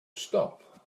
stop